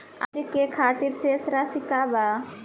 आज के खातिर शेष राशि का बा?